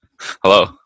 Hello